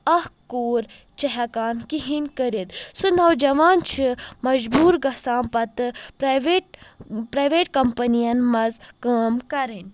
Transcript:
اکھ کوٗر چھِ ہٮ۪کان کہیٖنۍ کٔرتھ سُہ نوجوان چھُ مجبوٗر گژھان پتہٕ پرایویٹ پرایویٹ کمپنی ین منٛز کٲم کرٕنۍ